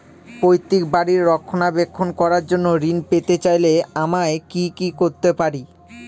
পৈত্রিক বাড়ির রক্ষণাবেক্ষণ করার জন্য ঋণ পেতে চাইলে আমায় কি কী করতে পারি?